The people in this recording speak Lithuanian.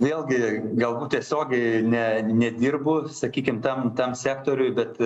vėlgi galbūt tiesiogiai ne nedirbu sakykim tam tam sektoriui bet